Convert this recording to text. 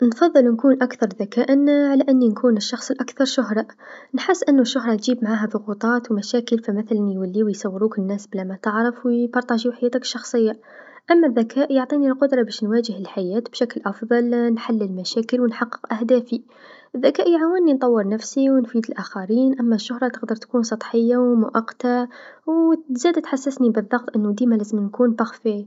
نفضل نكون أكثر ذكاءا على أني نكون الشخص الأكثر شهره، نحس أنو الشهره تجيب معاها ضغوطات و مشاكل فمثلا يوليو يصوروك الناس بلا متعرف و يشاركو حياتك الشخصيه، أما الذكاء فيعطيني القدره باش نواجه الحياة بشكل أفضل، نحل المشاكل و نحقق أهدافي، الذكاء يعاوني نطور نفسي و نفيد الآخرين، أما الشهره تقدر تكون سطحيه و مؤقته و زادا تحسسني بالضغط أنو ديما لازم نكون مثاليه.